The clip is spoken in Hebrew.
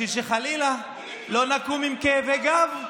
בשביל שחלילה לא נקום עם כאבי גב.